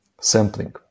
Sampling